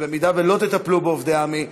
ואם לא תטפלו בעובדי עמ"י,